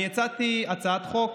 אני הצעתי הצעת חוק